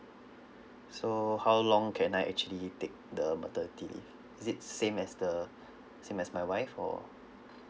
so how long can I actually take the maternity leave is it same as the same as my wife or